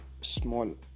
small